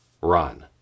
Run